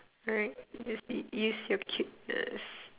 alright you just u~ use your cuteness